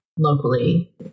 locally